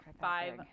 five